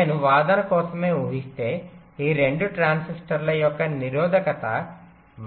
నేను వాదన కోసమే ఊహిస్తే ఈ 2 ట్రాన్సిస్టర్ల యొక్క నిరోధకత